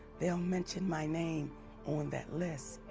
they'll mention my name on that list.